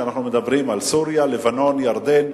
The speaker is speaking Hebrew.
אנחנו מדברים על סוריה, לבנון, ירדן,